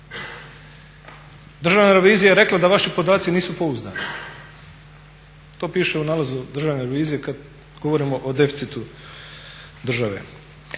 Državna revizija je rekla da vaši podaci nisu pouzdani. To piše u nalazu državne revizije kad govorimo o deficitu države.